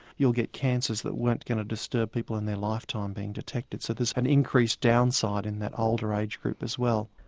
you'll get cancers that weren't going to disturb people in their lifetime being detected. so there's an increased downside in that older age group as well.